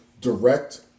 direct